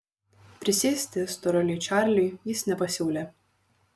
prisėsti storuliui čarliui jis nepasiūlė